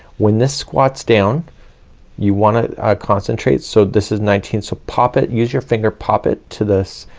when this squats down you wanna concentrate. so this is nineteen, so pop it use your finger pop it to this,